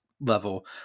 level